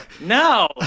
No